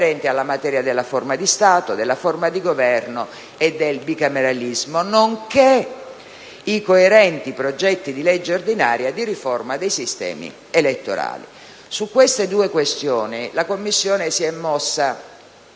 Su queste due questioni la Commissione si è mossa